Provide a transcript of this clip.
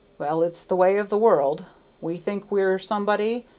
well, it's the way of the world we think we're somebody,